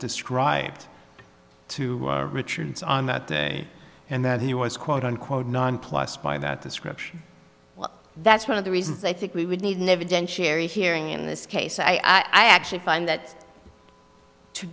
described to richard's on that day and that he was quote unquote nonplussed by that description well that's one of the reasons i think we would need never done cherry hearing in this case i actually find that to